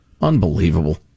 Unbelievable